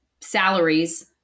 salaries